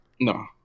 No